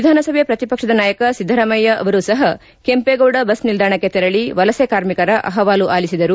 ವಿಧಾನಸಭೆ ಶ್ರತಿಪಕ್ಷದ ನಾಯಕ ಸಿದ್ದರಾಮಯ್ಹ ಅವರೂ ಸಹ ಕೆಂಪೇಗೌಡ ಬಸ್ ನಿಲ್ದಾಣಕ್ಷೆ ತೆರಳಿ ವಲಸೆ ಕಾರ್ಮಿಕರ ಅಹವಾಲು ಆಲಿಸಿದರು